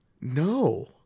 No